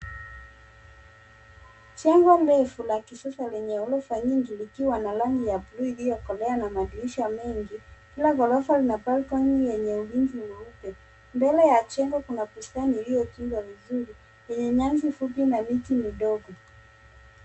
Jengo refu la kisasa lenye orofa nyingi likiwa na rangi ya bluu iliyokolea na madirisha mengi. Kila ghorofa lina balcony yenye ulinzi mweupe. Mbele ya jengo kuna bustani ilyokingwa vizuri, yenye nyasi fupi na miti midogo.